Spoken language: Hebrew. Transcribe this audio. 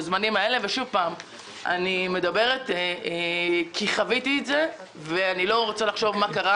אני מדברת כי חוויתי את זה ואני לא רוצה לחשוב מה קרה